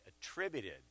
attributed